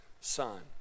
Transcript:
son